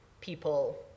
people